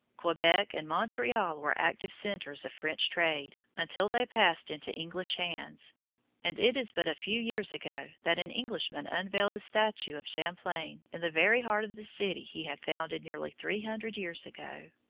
quebec and montreal were active centres of french trade, until they passed into english hands and it is but a few years ago that an englishman unveiled a statue of champlain in the very heart of the city he had founded nearly three hundred years ago.